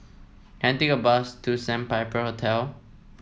can I take a bus to Sandpiper Hotel